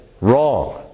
wrong